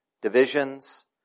divisions